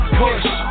push